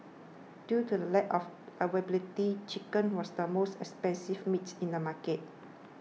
due to the lack of availability chicken was the most expensive meat in the market